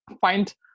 find